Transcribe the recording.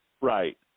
Right